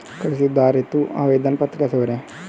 कृषि उधार हेतु आवेदन पत्र कैसे भरें?